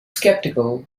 skeptical